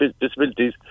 disabilities